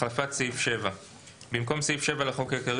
החלפת סעיף 7 4. במקום סעיף 7 לחוק העיקרי